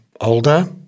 older